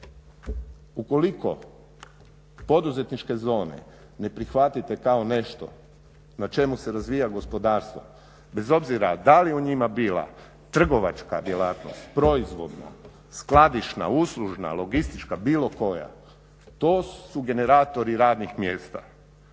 Ukoliko poduzetničke zone ne prihvatite kao nešto na čemu se razvija gospodarstvo bez obzira da li u njima bila trgovačka djelatnost, proizvodna, skladišna, uslužna, logistička bilo koja to su generatori radnih mjesta,